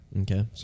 Okay